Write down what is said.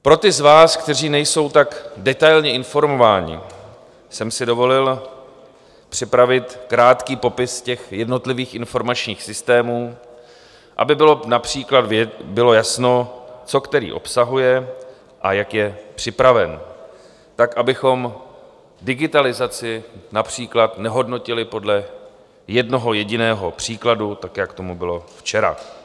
Pro ty z vás, kteří nejsou tak detailně informováni, jsem si dovolil připravit krátký popis jednotlivých informačních systémů, aby bylo například jasno, co který obsahuje a jak je připraven, abychom digitalizaci například nehodnotili podle jednoho jediného příkladu, tak jak tomu bylo včera.